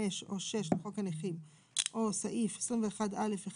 (5) או (6) לחוק הנכים או סעיף 21(א)(1)